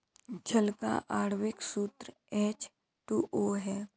जल का आण्विक सूत्र एच टू ओ है